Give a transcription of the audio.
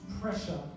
pressure